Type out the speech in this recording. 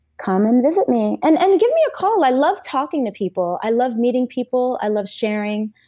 come and visit me, and and give me a call. i love talking to people. i love meeting people, i love sharing.